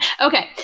Okay